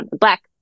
black